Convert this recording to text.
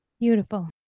Beautiful